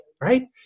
right